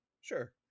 sure